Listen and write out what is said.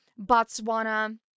Botswana